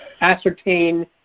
ascertain